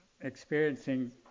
experiencing